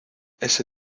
ese